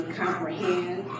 comprehend